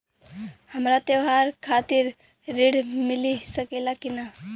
हमके त्योहार खातिर त्रण मिल सकला कि ना?